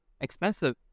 expensive